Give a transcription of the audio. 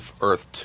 Earth